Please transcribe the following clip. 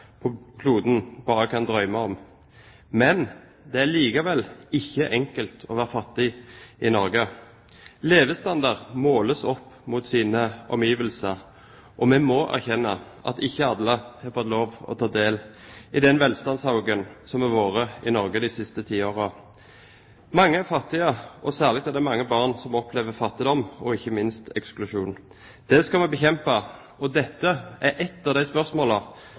kloden bare kan drømme om. Men det er likevel ikke enkelt å være fattig i Norge. Levestandard måles opp mot levestandarden i omgivelsene, og vi må erkjenne at ikke alle har fått lov å ta del i den velstandsøkningen som har vært i Norge de siste ti årene. Mange er fattige, og særlig er det mange barn som opplever fattigdom og ikke minst eksklusjon. Det skal vi bekjempe, og dette er et av de